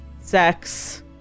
sex